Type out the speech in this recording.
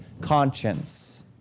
conscience